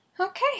Okay